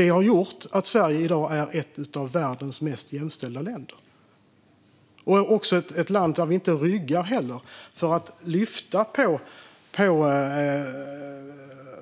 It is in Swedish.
Det har gjort att Sverige i dag är ett av världens mest jämställda länder och även ett land där vi inte heller ryggar för att lyfta på